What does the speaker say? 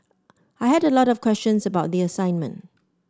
I had a lot of questions about the assignment